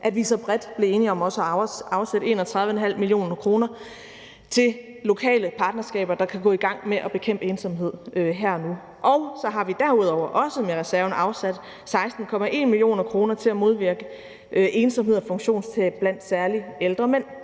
at vi så bredt blev enige om også at afsætte 31,5 mio. kr. til lokale partnerskaber, der kan gå i gang med at bekæmpe ensomhed her og nu. Så har vi derudover også med reserven afsat 16,1 mio. kr. til at modvirke ensomhed og funktionstab særlig blandt ældre mænd.